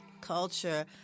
culture